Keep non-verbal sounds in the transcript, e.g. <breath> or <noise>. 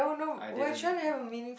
I didn't <breath>